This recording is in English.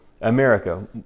America